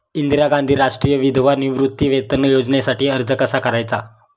इंदिरा गांधी राष्ट्रीय विधवा निवृत्तीवेतन योजनेसाठी अर्ज कसा करायचा?